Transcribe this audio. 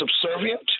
subservient